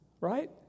Right